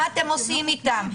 מה אתם עושים איתם?